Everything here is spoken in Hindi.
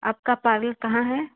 आपका पार्लर कहाँ है